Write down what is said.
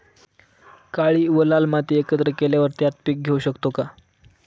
काळी व लाल माती एकत्र केल्यावर त्यात पीक घेऊ शकतो का?